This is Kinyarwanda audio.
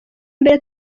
mbere